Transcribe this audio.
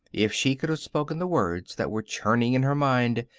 if she could have spoken the words that were churning in her mind,